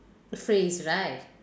phrase right